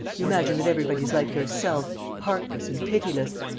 you imagine that everybody is like yourself, heartless and pitiless.